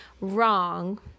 wrong